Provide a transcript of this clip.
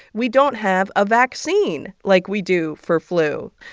we don't have a vaccine like we do for flu.